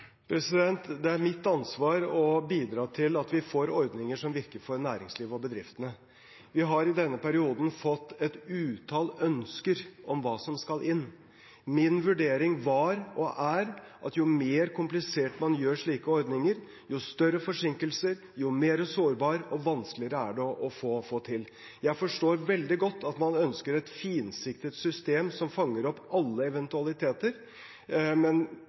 Det er mitt ansvar å bidra til at vi får ordninger som virker for næringslivet og bedriftene. Vi har i denne perioden fått et utall ønsker om hva som skal inn. Min vurdering var – og er – at jo mer komplisert man gjør slike ordninger, jo større forsinkelser blir det, jo mer sårbart er det, og jo vanskeligere er det å få til. Jeg forstår veldig godt at man ønsker et finsiktet system som fanger opp alle eventualiteter, men